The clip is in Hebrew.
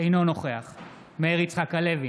אינו נוכח מאיר יצחק הלוי,